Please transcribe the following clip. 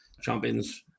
Champions